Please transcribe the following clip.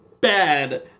bad